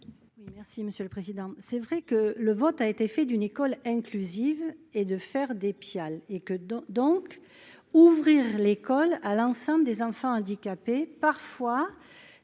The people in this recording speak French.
merci Monsieur le Président, c'est vrai que le vote a été fait d'une école inclusive et de faire des pial et que dans donc ouvrir l'école à l'enceinte des enfants handicapés parfois